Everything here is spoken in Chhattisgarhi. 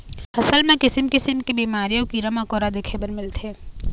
फसल म किसम किसम के बिमारी अउ कीरा मकोरा देखे बर मिलथे